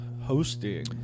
hosting